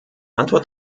antwort